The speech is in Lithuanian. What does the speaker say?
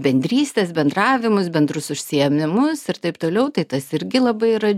bendrystes bendravimus bendrus užsiėmimus ir taip toliau tai tas irgi labai yra